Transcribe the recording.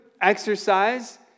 exercise